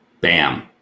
Bam